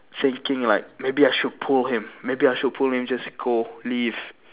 thinking like maybe I should pull him maybe I should pull him just go leave